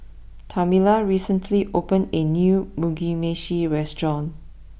Tamela recently opened a new Mugi Meshi restaurant